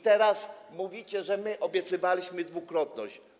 Teraz mówicie, że my obiecywaliśmy dwukrotność.